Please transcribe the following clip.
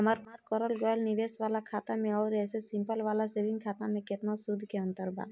हमार करल गएल निवेश वाला खाता मे आउर ऐसे सिंपल वाला सेविंग खाता मे केतना सूद के अंतर बा?